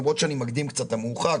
למרות שאני מקדים קצת המאוחר,